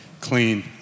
clean